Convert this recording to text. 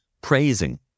praising